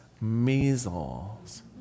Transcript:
measles